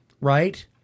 Right